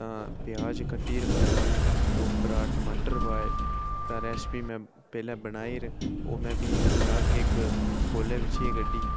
तां प्याज कट्टियै पाएआ ते उप्परा टमाटर पाए ते रैसिपी में पैह्लें बनाई दी ओह् में भी अलग इक कौल्लै बिच कड्ढी